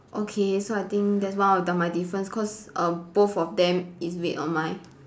okay so I think that's one of the my difference cause err both of them is red on mine